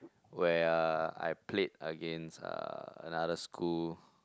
where I played against another school